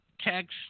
text